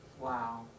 Wow